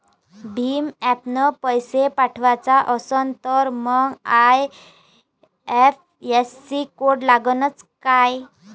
भीम ॲपनं पैसे पाठवायचा असन तर मंग आय.एफ.एस.सी कोड लागनच काय?